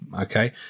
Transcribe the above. Okay